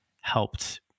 helped